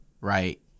right